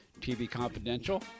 tvconfidential